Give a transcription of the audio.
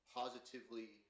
positively